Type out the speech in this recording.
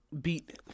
beat